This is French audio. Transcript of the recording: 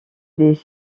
des